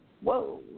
whoa